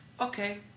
okay